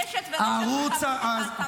קשת ורשת מקבלים את ההטבה.